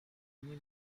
nie